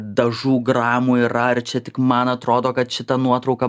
dažų gramų yra ar čia tik man atrodo kad šita nuotrauka